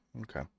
Okay